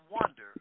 wonder